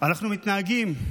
אנחנו מתנהגים,